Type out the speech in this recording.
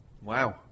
Wow